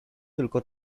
tylko